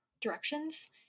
directions